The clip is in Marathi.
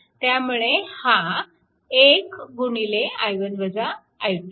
त्यामुळे हा 1